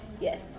Yes